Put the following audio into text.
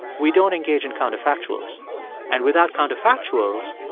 we don't engage in counterfactuals and without counterfactuals,